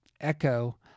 Echo